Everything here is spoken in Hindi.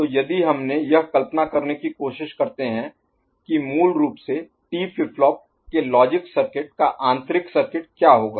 तो यदि हम यह कल्पना करने की कोशिश करते हैं कि मूल रूप से T फ्लिप फ्लॉप के लॉजिक सर्किट का आंतरिक सर्किट क्या होगा